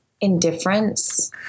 indifference